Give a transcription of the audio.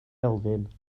elfyn